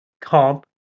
comp